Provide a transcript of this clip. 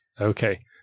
Okay